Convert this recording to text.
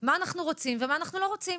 מה אנחנו רוצים ומה אנחנו לא רוצים.